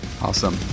Awesome